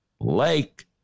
Lake